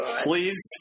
Please